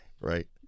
right